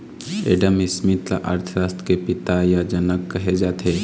Adam Smith ल अर्थसास्त्र के पिता य जनक कहे जाथे